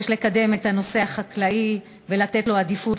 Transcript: יש לקדם את הנושא החקלאי ולתת לו עדיפות,